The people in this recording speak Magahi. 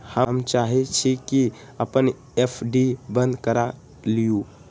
हम चाहई छी कि अपन एफ.डी बंद करा लिउ